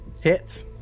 hits